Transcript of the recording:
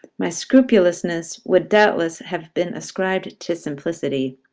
my scupulousness would doubtless have been ascribed to simplicity.